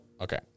okay